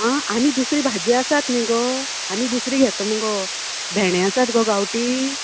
आं आनी दुसरी भाजी आसात न्ही गो आनी दुरसी घेता मुगो भेंडे आसात गो गांवटी